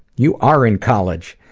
you are in college!